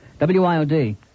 WIOD